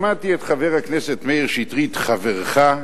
שמעתי את חבר הכנסת מאיר שטרית, חברך,